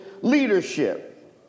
leadership